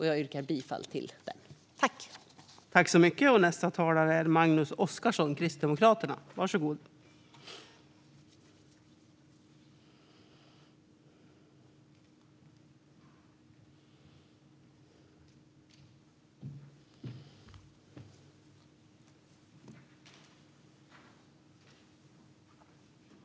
Jag yrkar bifall till utskottets förslag.